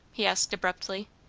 she asked abruptly.